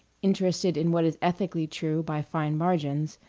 interested in what is ethically true by fine margins,